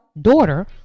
daughter